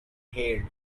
hailed